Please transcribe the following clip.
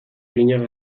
eginak